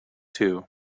too